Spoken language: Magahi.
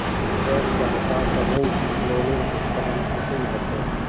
स्वयं सहायता समूहत लोनेर भुगतान कुंसम होचे?